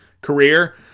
career